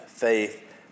Faith